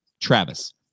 Travis